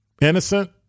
Innocent